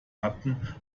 hatten